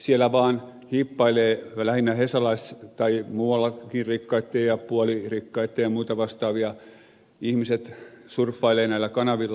siellä vaan hiippailee lähinnä hesalaisia tai muitakin rikkaita ja puolirikkaita ja muita vastaavia ihmiset surffailee näillä kanavilla